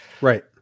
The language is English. Right